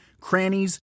crannies